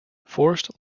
forest